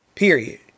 Period